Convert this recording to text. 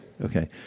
Okay